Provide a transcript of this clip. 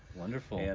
wonderful. and